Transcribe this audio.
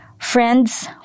Friends